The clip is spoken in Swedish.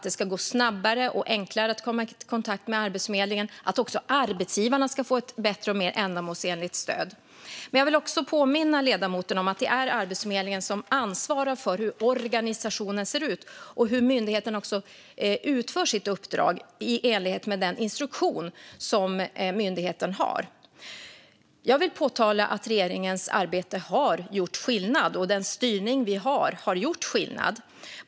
Det ska gå snabbare och enklare att komma i kontakt med Arbetsförmedlingen, och också arbetsgivarna ska få ett bättre och mer ändamålsenligt stöd. Jag vill också påminna ledamoten om att det är Arbetsförmedlingen som ansvarar för hur organisationen ser ut och hur myndigheten utför sitt uppdrag i enlighet med den instruktion som myndigheten har. Jag vill påtala att regeringens arbete och styrningen har gjort skillnad.